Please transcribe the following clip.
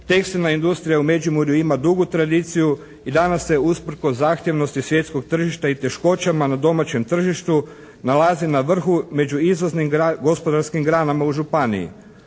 Tekstilna industrija u Međimurju ima dugu tradiciju i danas se usprkos zahtjevnosti svjetskog tržišta i teškoćama na domaćem tržištu nalazi na vrhu među izvoznim gospodarskim granama u županiji.